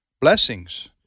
blessings